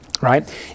right